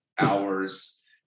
hours